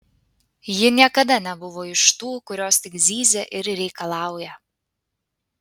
ji niekada nebuvo iš tų kurios tik zyzia ir reikalauja